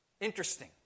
Interesting